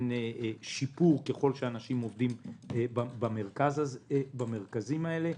שיפור ככל שאנשים עובדים במרכזים האלה.